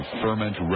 ferment